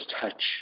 touch